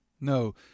No